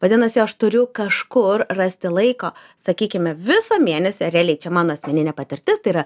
vadinasi aš turiu kažkur rasti laiką sakykime visą mėnesį realiai čia mano asmeninė patirtis tai yra